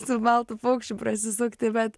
su baltu paukščiu prasisukti bet